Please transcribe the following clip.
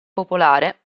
popolare